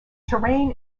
terrain